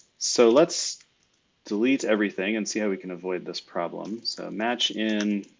so let's delete everything and see how we can avoid this problem. so match in,